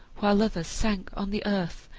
while others sank on the earth,